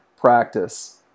practice